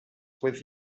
with